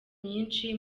myinshi